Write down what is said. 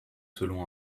selon